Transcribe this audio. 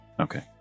Okay